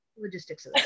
logistics